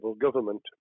government